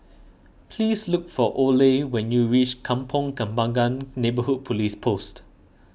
please look for Oley when you reach Kampong Kembangan Neighbourhood Police Post